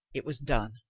it was done.